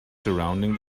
surrounding